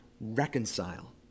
reconcile